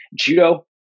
judo